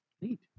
Neat